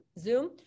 Zoom